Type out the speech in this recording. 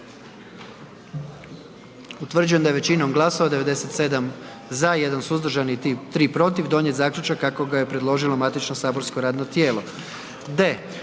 Utvrđujem da je većinom glasova, 97 za, 1 suzdržan i 3 protiv donijet zaključak kako ga je preložilo matično saborsko radno tijelo. d)